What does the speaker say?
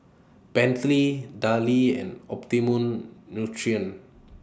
Bentley Darlie and Optimum Nutrition